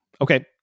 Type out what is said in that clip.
Okay